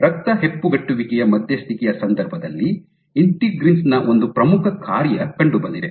ರಕ್ತ ಹೆಪ್ಪುಗಟ್ಟುವಿಕೆಯ ಮಧ್ಯಸ್ಥಿಕೆಯ ಸಂದರ್ಭದಲ್ಲಿ ಇಂಟಿಗ್ರಿನ್ಸ್ ನ ಒಂದು ಪ್ರಮುಖ ಕಾರ್ಯ ಕಂಡುಬಂದಿದೆ